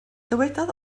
dywedodd